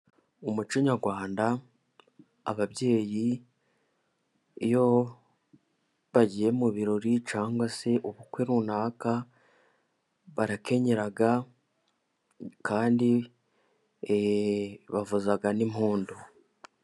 Umuco nyarwanda, ababyeyi iyo bagiye mu birori, cyangwa se ubukwe runaka, barakenyera kandi bavuza n'impundu.